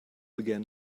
began